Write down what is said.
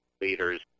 leaders